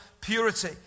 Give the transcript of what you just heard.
purity